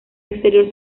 exterior